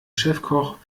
chefkoch